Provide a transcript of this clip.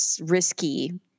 risky